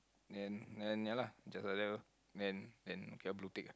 then then ya lah just like lor then then okay blue tick ah